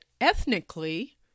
ethnically